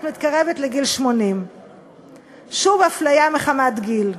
מתקרבת לגיל 80. שוב אפליה מחמת גיל.